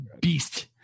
beast